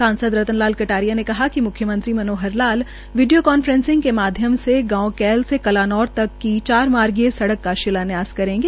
सांसद रतन लाल कटारिया ने कहा कि म्ख्यमंत्री मनोहर लाल वीडियो कांफ्रेसिंग के माध्यम से गांव कैल से कलानौर तक की चार मार्गी सड़क का शिलान्यास करेंगे